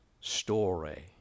story